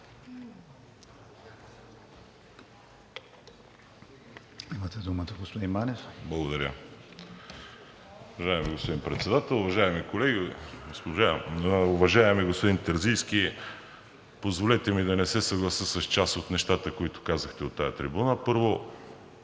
Имате думата, господин Манев. МАНОИЛ МАНЕВ (ГЕРБ-СДС): Благодаря. Уважаеми господин Председател, уважаеми колеги! Уважаеми господин Терзийски, позволете ми да не с съглася с част от нещата, които казахте от тази трибуна. Първо,